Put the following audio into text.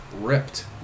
ripped